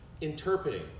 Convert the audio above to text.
interpreting